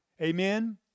Amen